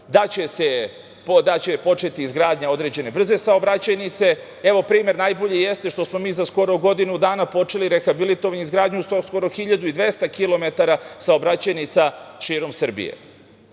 da će početi izgradnja određene brze saobraćajnice. Evo, primer najbolji jeste što smo mi za skoro godinu dana počeli rehabilitovanje i izgradnju skoro 1.200 kilometara saobraćajnica širom Srbije